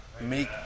make